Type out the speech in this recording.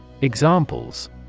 Examples